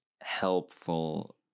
helpful